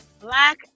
black